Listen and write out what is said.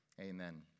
Amen